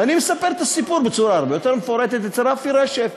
ואני מספר את הסיפור בצורה הרבה יותר מפורטת אצל רפי רשף,